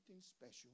special